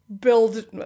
build